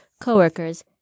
coworkers